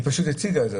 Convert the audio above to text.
היא הציגה את הנושא.